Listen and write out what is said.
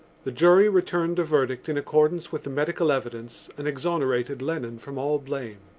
the jury returned a verdict in accordance with the medical evidence and exonerated lennon from all blame.